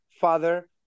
father